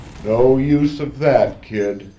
no use of that, kid!